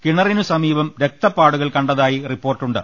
കിണറിനുസമീപം രക്തപ്പാടുകൾ കണ്ട തായി റിപ്പോർട്ടുണ്ട്